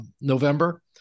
November